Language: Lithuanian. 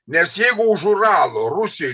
nes jeigu už uralo rusijoj